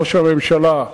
ראש הממשלה,